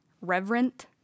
reverent